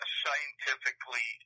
scientifically